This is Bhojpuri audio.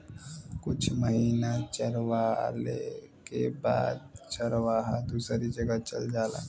कुछ महिना चरवाले के बाद चरवाहा दूसरी जगह चल जालन